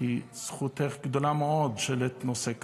כי זכותך גדולה מאוד שהעלית נושא כזה.